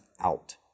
out